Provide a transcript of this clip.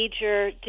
major